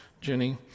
Jenny